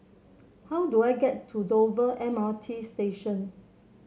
how do I get to Dover M R T Station